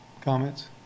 comments